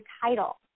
title